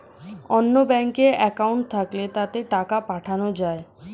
অন্য ব্যাঙ্কে অ্যাকাউন্ট থাকলে তাতে টাকা পাঠানো যায়